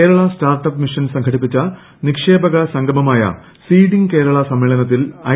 Kerala startup mission സംഘടിപ്പിച്ച നിക്ഷേപക സംഗമമായ സീഡിംഗ് ് കേരള സമ്മേളനത്തിൽ ഐ